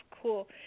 cool